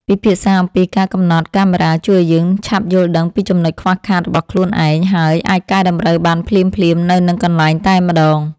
ពិភាក្សាអំពីការកំណត់កាមេរ៉ាជួយឱ្យយើងឆាប់យល់ដឹងពីចំណុចខ្វះខាតរបស់ខ្លួនឯង ហើយ អាចកែតម្រូវបានភ្លាមៗនៅនឹងកន្លែងតែម្តង។